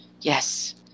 Yes